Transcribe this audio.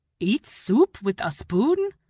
eat soup with a spoon?